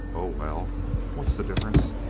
oh, well what's the difference?